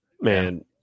man